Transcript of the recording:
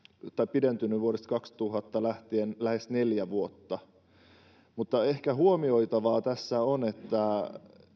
pidentynyt vuodesta kaksituhatta lähtien lähes neljä vuotta mutta ehkä huomioitavaa tässä on että